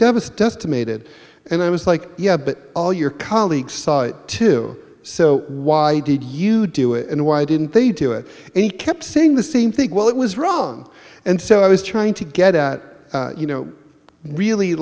devastated to made it and i was like yeah but all your colleagues saw it too so why did you do it and why didn't they do it and he kept saying the same thing well it was wrong and so i was trying to get at you know really